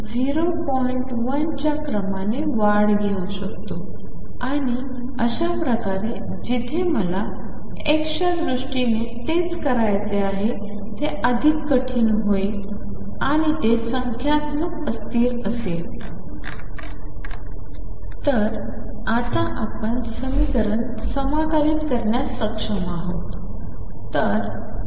1 च्या क्रमाने वाढ घेऊ शकतो आणि अशा प्रकारे जेथे मला x च्या दृष्टीने तेच करायचे आहे ते अधिक कठीण होईल आणि ते संख्यात्मक अस्थिर असेल तर आता आपण समीकरण समाकलित करण्यास सक्षम आहोत